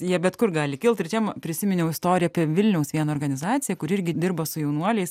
jie bet kur gali kilt ir čia prisiminiau istoriją apie vilniaus vieną organizaciją kuri irgi dirba su jaunuoliais